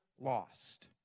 lost